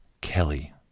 Kelly